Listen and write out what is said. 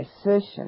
assertion